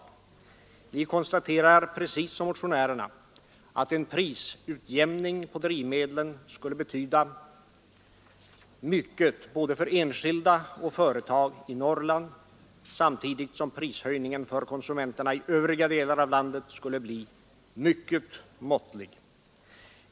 Vi Nr 34 konstaterar, precis som motionärerna, att en prisutjämning på drivmedlen Torsdagen den skulle betyda mycket både för enskilda och för företag i Norrland 1 mars 1973 samtidigt som prishöjningen för konsumenterna i övriga delar av landet skulle bli mycket måttlig.